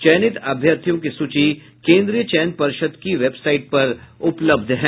चयनित अभ्यर्थियों की सूची केंद्रीय चयन पर्षद की वेबसाइट पर उपलब्ध है